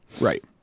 Right